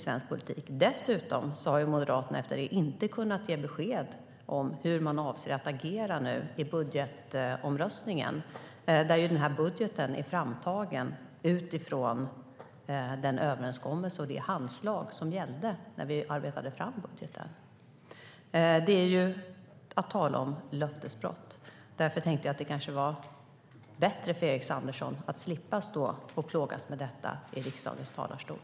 Dessutom har Moderaterna efter det inte kunnat ge besked om hur de avser att agera i budgetomröstningen. Budgeten är ju framtagen utifrån den överenskommelse och det handslag som gällde när vi arbetade fram den. Tala om löftesbrott! Därför tänkte jag att det kanske var bättre för Erik Andersson att slippa plågas av detta i riksdagens talarstol.